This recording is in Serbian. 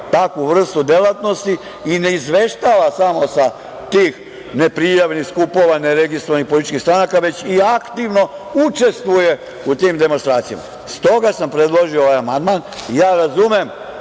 takvu vrstu delatnosti i ne izveštava samo sa tih neprijavljenih skupova, neregistrovanih političkih stranaka, već i aktivno učestvuje u tim demonstracijama. Stoga sam predložio ovaj amandman i ja razumem